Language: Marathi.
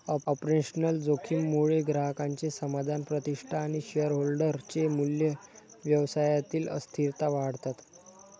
ऑपरेशनल जोखीम मुळे ग्राहकांचे समाधान, प्रतिष्ठा आणि शेअरहोल्डर चे मूल्य, व्यवसायातील अस्थिरता वाढतात